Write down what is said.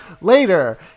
Later